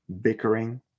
bickering